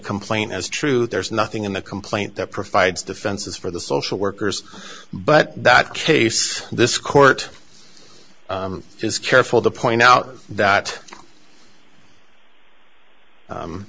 complaint as truth there's nothing in the complaint that provides defenses for the social workers but that case this court is careful to point out